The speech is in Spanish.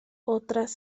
otras